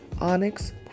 Onyx